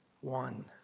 One